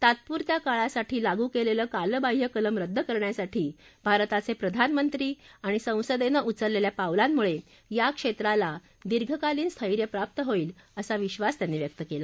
तात्पुरत्या काळासाठी लागू केलेलं कालबाह्य कलम रद्द करण्यासाठी भारताचे प्रधानमंत्री आणि संसदेनं उचलेल्या पावलांमुळे या क्षेत्राला दीर्घकालीन स्थैर्य प्राप्त होईल असा विधास त्यांनी व्यक्त केला